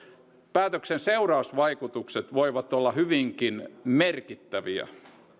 päätöksen seurausvaikutukset voivat olla hyvinkin merkittäviä